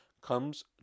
comes